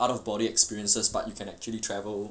out of body experiences but you can actually travel